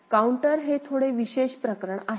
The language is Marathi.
काउंटर हे थोडे विशेष प्रकरण आहे